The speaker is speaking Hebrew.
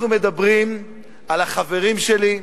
אנחנו מדברים על החברים שלי,